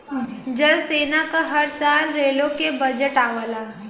जल सेना क हर साल रेलो के बजट आवला